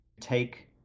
take